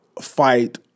fight